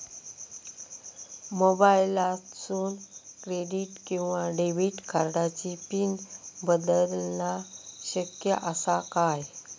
मोबाईलातसून क्रेडिट किवा डेबिट कार्डची पिन बदलना शक्य आसा काय?